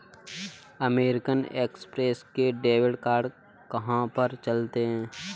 American Express के debit card कहाँ पर चलते हैं?